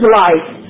life